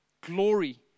Glory